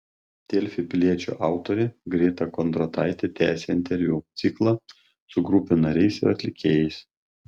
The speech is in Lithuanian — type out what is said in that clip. delfi piliečio autorė greta kondrataitė tęsia interviu ciklą su grupių nariais ir atlikėjais